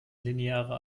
linearer